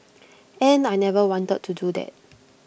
and I never wanted to do that